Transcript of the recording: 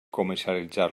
comercialitzar